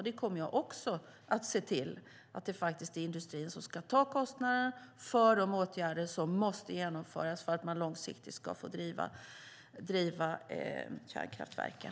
Detta kommer jag också att se till: att det faktiskt är industrin som ska ta kostnaderna för de åtgärder som måste genomföras för att man långsiktigt ska få driva kärnkraftverken.